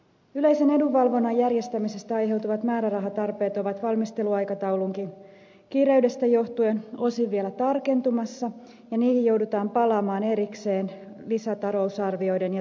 yleisen edunvalvonnan järjestämisestä aiheutuvat määrärahatarpeet ovat valmisteluaikataulunkin kireydestä johtuen osin vielä tarkentumassa ja niihin joudutaan palaamaan erikseen lisätalousarvioiden ja täydentävän talousarvion yhteydessä